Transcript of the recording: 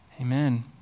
Amen